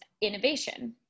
innovation